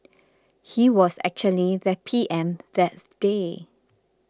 he was actually the P M that day